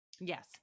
Yes